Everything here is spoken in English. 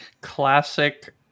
Classic